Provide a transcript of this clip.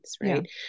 right